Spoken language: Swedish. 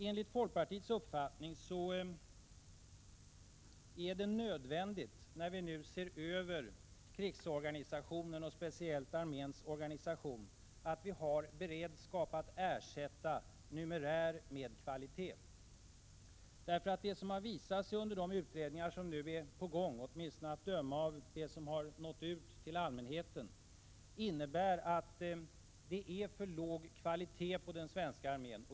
Enligt folkpartiets uppfattning är det nödvändigt, när vi nu ser över krigsorganisationen och speciellt arméns organisation, att vi har beredskap att ersätta numerär med kvalitet. Det har visat sig under de utredningar som nu är på gång, åtminstone att döma av det som har nått ut till allmänheten, att det är för låg kvalitet på den svenska armén.